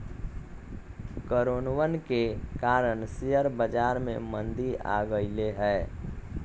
कोरोनवन के कारण शेयर बाजार में मंदी आ गईले है